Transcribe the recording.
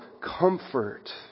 Comfort